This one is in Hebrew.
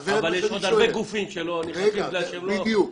אבל יש עוד הרבה גופים שלא עונים להגדרה.